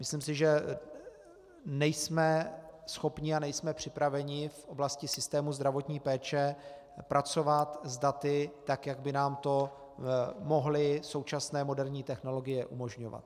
Myslím si, že nejsme schopni a nejsme připraveni v oblasti systému zdravotní péče pracovat s daty tak, jak by nám tam mohly současné moderní technologie umožňovat.